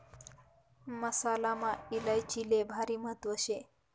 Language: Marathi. मसालामा इलायचीले भारी महत्त्व शे